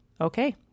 okay